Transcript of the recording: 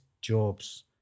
jobs